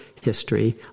history